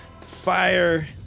fire